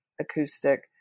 acoustic